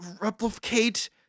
replicate